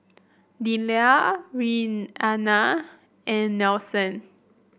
Delia Reanna and Nelson